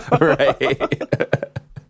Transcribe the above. right